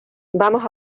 vamos